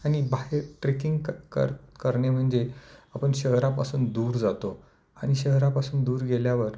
आणि बाहेर ट्रेकिंग क कर करणे म्हणजे आपण शहरापासून दूर जातो आणि शहरापासून दूर गेल्यावर